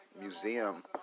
museum